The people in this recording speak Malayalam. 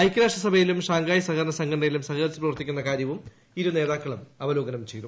ഐക്യരാഷ്ട്രസഭയിലും ഷാങ്കായ് സഹകരണ സംഘടനയിലും സഹകരിച്ച് പ്രവർത്തി ക്കുന്ന കാര്യവും ഇരുനേതാക്കളും അവലോകനം ചെയ്തു